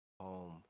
home